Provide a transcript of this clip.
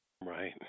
right